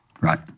Right